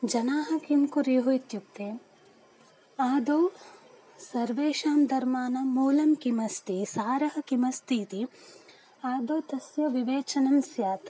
जनाः किं कुर्युः इत्युक्ते आदौ सर्वेषां धर्माणां मूलं किमस्ति सारः किमस्ति इति आदौ तस्य विवेचनं स्यात्